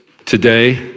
today